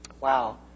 Wow